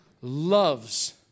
loves